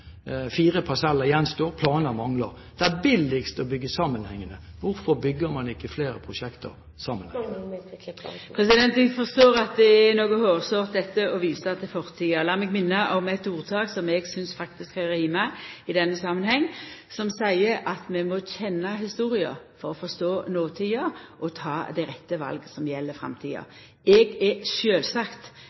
Fire parseller gjenstår, og planer mangler. Det er billigst å bygge sammenhengende. Hvorfor bygger man ikke flere prosjekter sammenhengende? Eg forstår at det er noko hårsårt å visa til fortida. Lat meg minna om eit ordtak som eg faktisk synest kan rima i denne samanhengen, som seier at vi må kjenna historia for å forstå notida og for å ta dei rette vala som gjeld framtida. Eg er sjølvsagt